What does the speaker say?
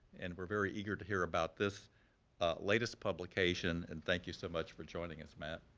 and we are very eager to hear about this latest publication, and thank you so much for joining us, matt.